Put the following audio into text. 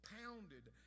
pounded